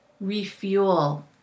refuel